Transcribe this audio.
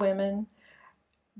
women